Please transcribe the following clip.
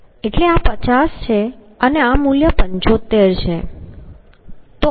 એટલે આ 50 છે અને આ મૂલ્ય 75 છે